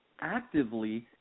actively